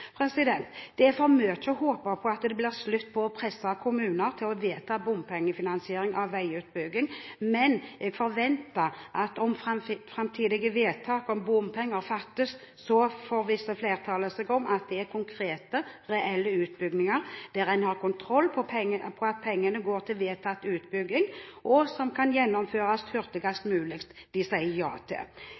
Det er for mye å håpe på at det blir slutt på å presse kommuner til å vedta bompengefinansiering av veiutbygging. Men jeg forventer at om fremtidige vedtak om bompenger fattes, så forvisser flertallet seg om at det er konkrete, reelle utbygginger, der en har kontroll på at pengene går til vedtatt utbygging, som kan gjennomføres hurtigst mulig etter at det sies ja til